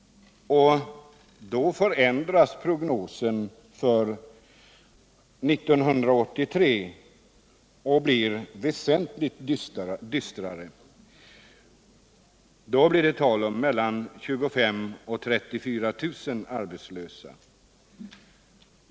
Prognosen för 1983 blir då väsentligt dystrare. Det blir då tal om mellan 25 000 och 34 000 arbetslösa.